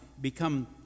become